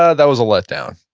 ah that was a letdown.